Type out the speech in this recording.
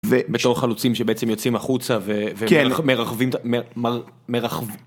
בתור חלוצים שבעצם יוצאים החוצה - כן - ו... מ... מרחב...